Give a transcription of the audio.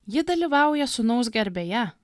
ji dalyvauja sūnaus garbėje